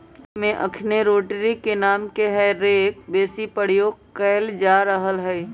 Europe में अखनि rotary रे नामके हे रेक बेशी प्रयोग कएल जा रहल हइ